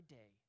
day